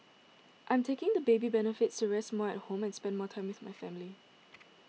I'm taking the baby benefits to rest more at home and spend more time with my family